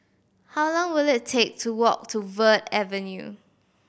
how long will it take to walk to Verde Avenue